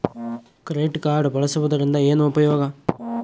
Credit card ಬಳಸುವದರಿಂದ ಏನು ಉಪಯೋಗ?